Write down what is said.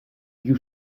più